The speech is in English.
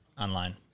online